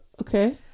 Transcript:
Okay